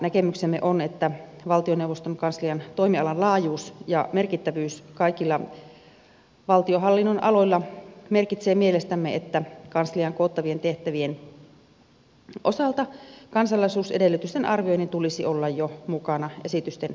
näkemyksemme on että valtioneuvoston kanslian toimialan laajuus ja merkittävyys kaikilla valtionhallinnon aloilla merkitsee mielestämme että kansliaan koottavien tehtävien osalta kansalaisuusedellytysten arvioinnin tulisi olla mukana jo esitysten valmisteluissa